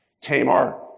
Tamar